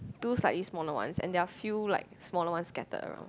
two slightly smaller ones and there are few like smaller ones scattered around